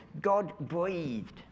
God-breathed